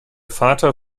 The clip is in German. vater